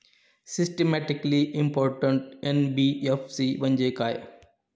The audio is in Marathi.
सिस्टमॅटिकली इंपॉर्टंट एन.बी.एफ.सी म्हणजे काय?